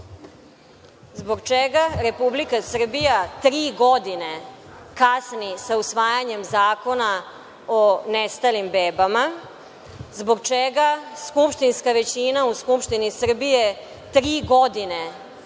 Zbog čega Republika Srbija tri godine kasni sa usvajanjem Zakona o nestalim bebama? Zbog čega skupštinska većina u Skupštini Srbije tri godine ne